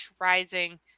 Rising